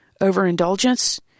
overindulgence